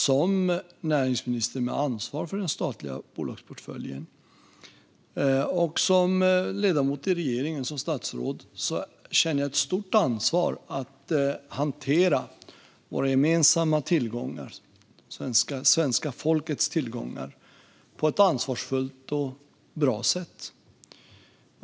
Som näringsminister med ansvar för den statliga bolagsportföljen och som statsråd i regeringen känner jag ett stort ansvar för att hantera våra gemensamma tillgångar, svenska folkets tillgångar, på ett ansvarsfullt och bra sätt.